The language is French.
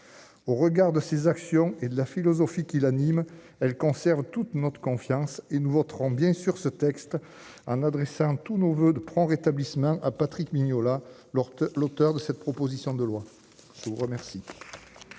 au regard de ses actions et de la philosophie qui l'anime, elle conserve toute notre confiance et nous voterons bien sur ce texte en adressant tous nos voeux de prompt rétablissement Patrick Mignola lors de l'auteur de cette proposition de loi, je vous remercie. Merci, cher